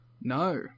No